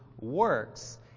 works